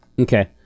Okay